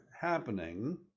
happening